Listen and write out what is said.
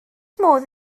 modd